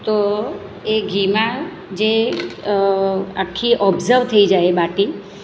તો એ ઘીમાં જે આખી ઑબ્ઝવ થઈ જાય બાટી